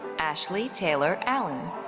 ashley taylor allen.